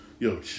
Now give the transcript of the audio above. Yo